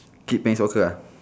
kid playing soccer uh